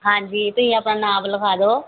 ਹਾਂਜੀ ਤੁਸੀਂ ਆਪਣਾ ਨਾਪ ਲਿਖਾ ਦਿਓ